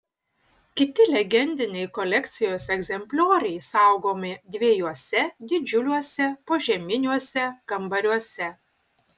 kiti legendiniai kolekcijos egzemplioriai saugomi dviejuose didžiuliuose požeminiuose kambariuose